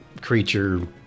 creature